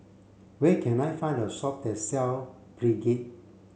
where can I find a shop that sell Pregain